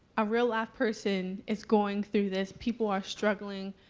a real live person is going through this, people are struggling,